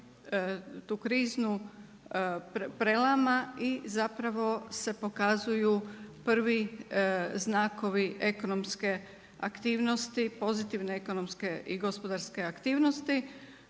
tu krizu prelama i zapravo se pokazuju prvi znakovi ekonomske aktivnosti, pozitivne ekonomske i gospodarske aktivnosti